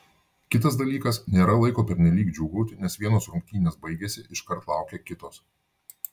kitas dalykas nėra laiko pernelyg džiūgauti nes vienos rungtynės baigėsi iškart laukia kitos